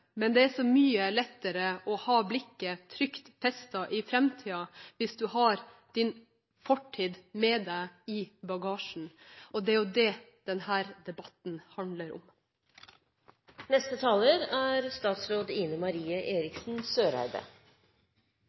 Men det er så mye lettere å ha blikket trygt festet i framtiden hvis du har din fortid med deg i bagasjen, og det er jo det denne debatten handler